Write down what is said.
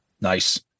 Nice